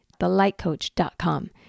thelightcoach.com